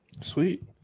Sweet